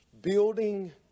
building